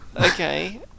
Okay